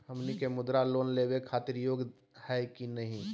हमनी के मुद्रा लोन लेवे खातीर योग्य हई की नही?